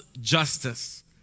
justice